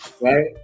Right